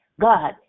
God